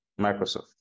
Microsoft